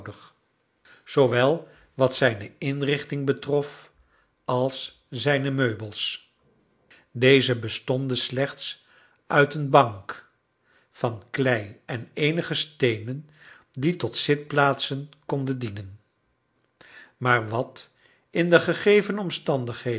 zoowel wat zijne inrichting betrof als zijne meubels deze bestonden slechts uit een bank van klei en eenige steenen die tot zitplaatsen konden dienen maar wat in de gegeven omstandigheden